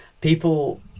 People